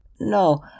No